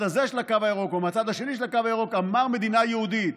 הזה של הקו הירוק או מהצד השני של הקו הירוק אמר "מדינה יהודית".